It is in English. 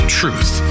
truth